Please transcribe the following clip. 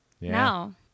no